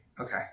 Okay